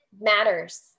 matters